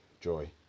joy